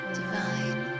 divine